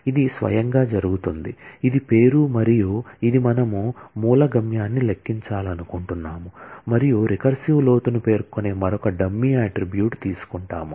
ఇది స్వయంగా జరుగుతుంది ఇది పేరు మరియు ఇది మనము మూల గమ్యాన్ని లెక్కించాలనుకుంటున్నాము మరియు రికర్సివ్ లోతును పేర్కొనే మరొక డమ్మీ అట్ట్రిబ్యూట్ తీసుకుంటాము